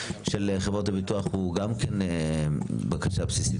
חברות הביטוח הוא גם כן בקשה בסיסית,